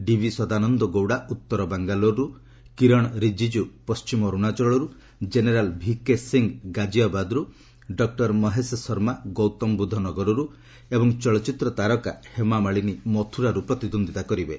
DV Sadananda Gowda ଉତ୍ତର ବାଙ୍ଗାଲୋର୍ରୁ କିରଣ ରିଜିକୁ ପଣ୍ଢିମ ଅରୁଣାଚଳରୁ ଜେନେରାଲ୍ ଭିକେ ସିଂ ଗାଜିଆବାଦ୍ରୁ ଡକ୍କର ମହେଶ ଶର୍ମା ଗୌତମ ବୁଦ୍ଧନଗରରୁ ଏବଂ ଚଳଚ୍ଚିତ୍ର ତାରକା ହେମାମାଳିନୀ ମଥୁରାରୁ ପ୍ରତିଦ୍ୱନ୍ଦ୍ୱିତା କରିବେ